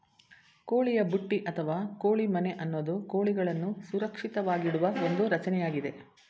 ಕೋಳಿಯ ಬುಟ್ಟಿ ಅಥವಾ ಕೋಳಿ ಮನೆ ಅನ್ನೋದು ಕೋಳಿಗಳನ್ನು ಸುರಕ್ಷಿತವಾಗಿಡುವ ಒಂದು ರಚನೆಯಾಗಿದೆ